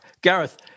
Gareth